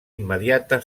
immediata